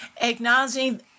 acknowledging